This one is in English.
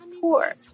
poor